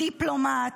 דיפלומט,